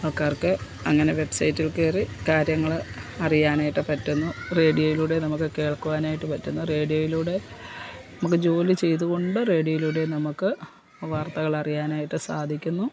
ആൾക്കാർക്ക് അങ്ങനെ വെബ്സൈറ്റിൽ കയറി കാര്യങ്ങൾ അറിയാനായിട്ട് പറ്റുന്നു റേഡിയോയിലൂടെ നമുക്ക് കേൾക്കുവാനായിട്ട് പറ്റുന്നു റേഡിയോയിലൂടെ നമുക്ക് ജോലി ചെയ്തു കൊണ്ട് റേഡിയോയിലൂടെ നമുക്ക് വാർത്തകൾ അറിയാനായിട്ട് സാധിക്കുന്നു